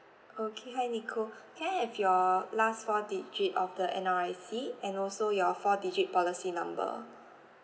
okay hi nicole can I have your last four digit of the N_R_I_C and also your four digit policy number